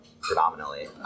predominantly